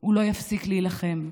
הוא לא יפסיק להילחם,